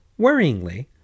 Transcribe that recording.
Worryingly